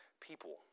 people